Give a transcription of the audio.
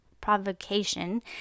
provocation